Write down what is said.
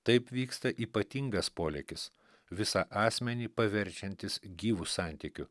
taip vyksta ypatingas polėkis visą asmenį paverčiantis gyvu santykiu